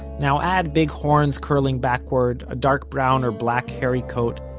now add big horns curling backwards, a dark brown, or black, hairy coat,